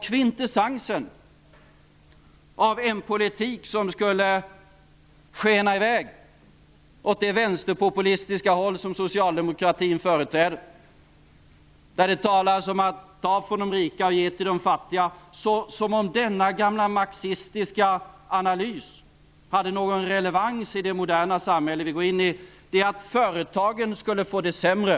Kvintessensen av en politik som skulle skena i väg åt det vänsterpopulistiska håll som socialdemokratin företräder -- där det talas om att ta från de rika och ge till de fattiga, som om denna gamla marxistiska analys hade någon relevans i det moderna samhälle vi går in i -- är att företagen skulle få det sämre.